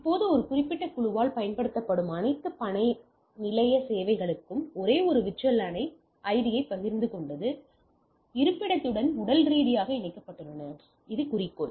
இப்போது ஒரு குறிப்பிட்ட குழுவால் பயன்படுத்தப்படும் அனைத்து பணி நிலைய சேவையகங்களும் ஒரே VLAN ஐடியைப் பகிர்ந்துகொண்டு இருப்பிடத்துடன் உடல் ரீதியாக இணைக்கப்பட்டுள்ளன இது குறிக்கோள்